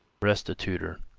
restitutor,